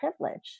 privilege